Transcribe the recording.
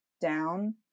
down